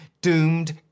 doomed